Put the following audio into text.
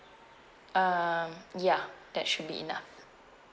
um ya that should be enough